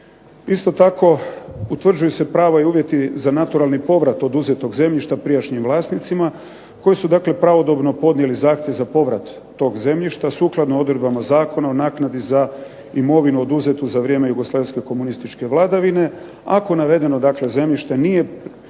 Isto tako utvrđuju se prava i uvjeti za naturalni povrat oduzetog zemljišta prijašnjim vlasnicima koji su dakle pravodobno podnijeli zahtjev za povrat tog zemljišta sukladno odredbama Zakona o naknadi za imovinu oduzetu za vrijeme jugoslavenske komunističke vladavine, ako navedeno dakle zemljište nije